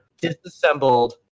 disassembled